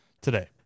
today